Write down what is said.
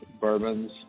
bourbons